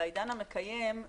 לעידן המקיים,